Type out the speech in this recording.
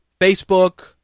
Facebook